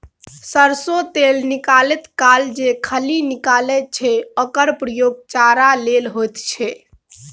सरिसों तेल निकालैत काल जे खली निकलैत छै ओकर प्रयोग चारा लेल होइत छै